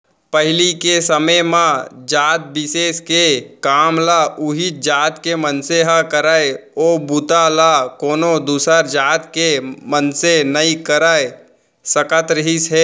पहिली के समे म जात बिसेस के काम ल उहींच जात के मनसे ह करय ओ बूता ल कोनो दूसर जात के मनसे नइ कर सकत रिहिस हे